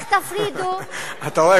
אתה רואה,